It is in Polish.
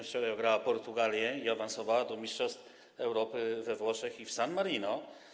Wczoraj ograła Portugalię i awansowała do mistrzostw Europy we Włoszech i w San Marino.